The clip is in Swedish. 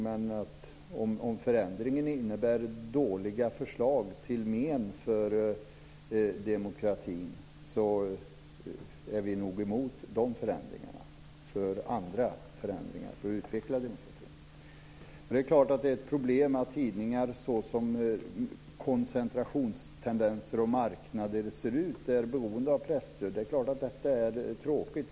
Men om förändringen innebär dåliga förslag, till men för demokratin, är vi nog emot de förändringarna och för andra förändringar, för att utveckla demokratin. Det är klart att det är ett problem att tidningar, såsom koncentrationstendenser och marknader ser ut, är beroende av presstöd. Det är klart att detta är tråkigt.